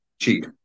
cheap